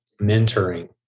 mentoring